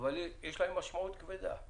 אבל יש להן משמעות כבדה.